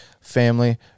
Family